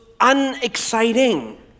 unexciting